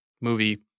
movie